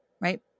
right